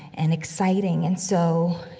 and exciting. and so,